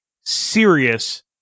serious